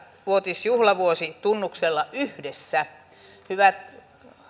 vuotisjuhlavuosi tunnuksella yhdessä hyvät